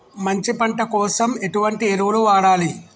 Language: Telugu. మంచి పంట కోసం ఎటువంటి ఎరువులు వాడాలి?